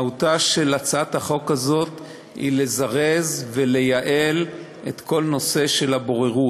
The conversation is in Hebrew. מהותה של הצעת החוק הזאת היא לזרז ולייעל את כל נושא הבוררות.